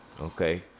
Okay